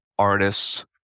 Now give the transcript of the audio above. artists